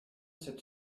c’est